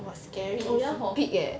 oh ya hor